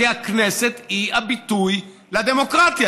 כי הכנסת היא הביטוי לדמוקרטיה.